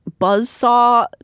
buzzsaw